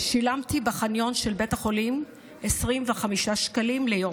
שילמתי בחניון של בית החולים 25 שקלים ליום.